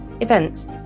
events